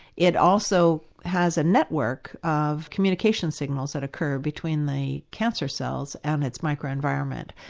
it also has a network of communication signals that occur between the cancer cells and its micro environment.